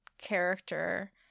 character